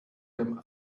him